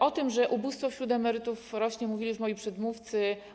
O tym, że ubóstwo wśród emerytów rośnie, mówili już moi przedmówcy.